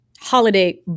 holiday